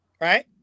right